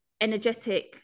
energetic